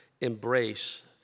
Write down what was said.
embrace